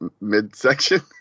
mid-section